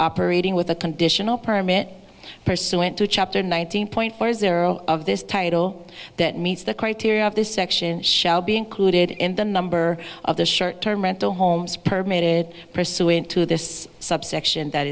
operating with a conditional permit pursuant to chapter nineteen point four zero of this title that meets the criteria of this section shall be included in the number of the short term rental homes permitted pursuant to this subsection that